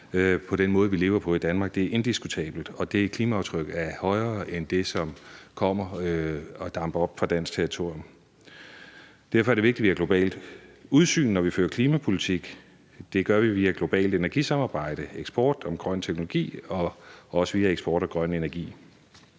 med den måde, vi lever på i Danmark; det er indiskutabelt. Og det klimaaftryk er højere end det, som kommer fra og damper op fra dansk territorium. Derfor er det vigtigt, at vi har globalt udsyn, når vi fører klimapolitik. Det gør vi via globalt energisamarbejde, eksport af grøn teknologi og også via eksport af grøn energi.